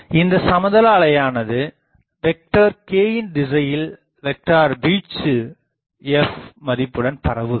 இந்தச் சமதள அலையானது வெக்டர் k யின் திசையில் வெக்டார் வீச்சு f மதிப்புடன் பரவுகிறது